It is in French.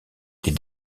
les